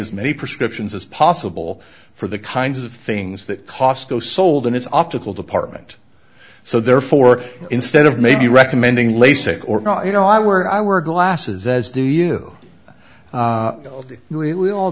as many prescriptions as possible for the kinds of things that costco sold in its optical department so therefore instead of maybe recommending lasik or not you know i wear i wear glasses as do you